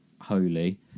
holy